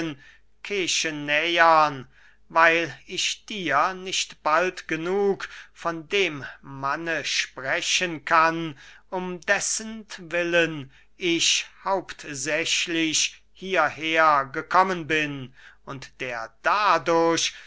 weil ich dir nicht bald genug von dem manne sprechen kann um dessentwillen ich hauptsächlich hierher gekommen bin und der dadurch